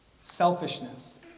selfishness